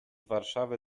warszawy